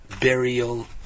burial